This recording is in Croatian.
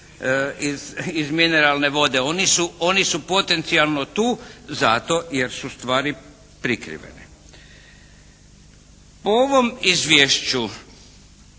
iz mineralne vode, oni su potencijalno tu zato jer su stvari prikrivene. O ovom izvješću